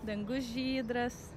dangus žydras